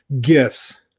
gifts